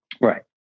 Right